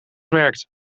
werkt